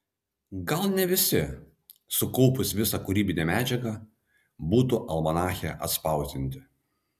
gal ne visi sukaupus visą kūrybinę medžiagą būtų almanache atspausdinti